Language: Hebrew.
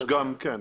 כן.